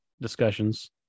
discussions